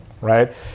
right